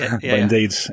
Indeed